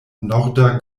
norda